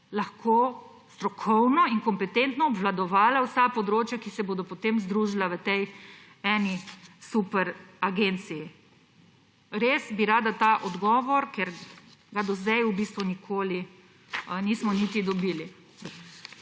lahko strokovno in kompetentno obvladovala vsa področja, ki se bodo potem združila v tej eni superagenciji. Res bi rada ta odgovor, ker ga do sedaj v bistvu nikoli nismo niti dobili.